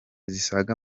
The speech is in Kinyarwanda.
zisaga